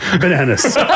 bananas